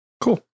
Cool